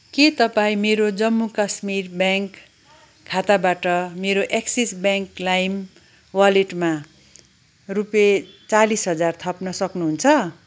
के तपाईँ मेरो जम्मू काश्मीर ब्याङ्क खाताबाट मेरो एक्सिस ब्याङ्क लाइम वालेटमा रुपियाँ चालिस हजार थप्न सक्नुहुन्छ